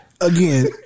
again